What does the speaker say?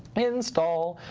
install.